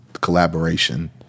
collaboration